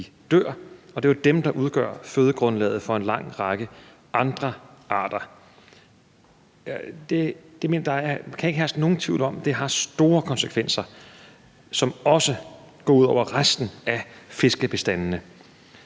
dør, og det er jo dem, der udgør fødegrundlaget for en lang række andre arter. Der kan ikke herske nogen tvivl om, at det har store konsekvenser, som også går ud over resten af fiskebestandene.